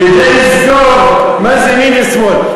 אבל, כדי לזכור מה זה ימין ושמאל.